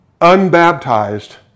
unbaptized